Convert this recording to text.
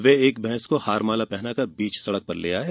वे एक भैंस को हार माला पहनाकर बीच सड़क पर ले आये